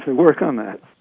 work on that